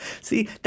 See